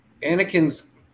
Anakin's